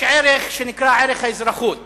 יש ערך שנקרא ערך האזרחות.